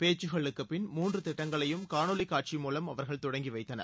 பேச்சுக்களுக்குப் பின் மூன்று திட்டங்களையும் காணொலிக் காட்சி மூலம் அவர்கள் தொடங்கி வைத்தனர்